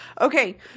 Okay